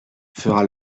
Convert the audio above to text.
fera